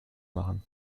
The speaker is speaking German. machen